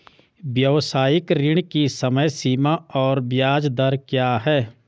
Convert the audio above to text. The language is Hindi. व्यावसायिक ऋण की समय सीमा और ब्याज दर क्या है?